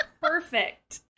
perfect